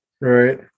Right